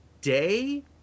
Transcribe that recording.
day